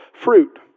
fruit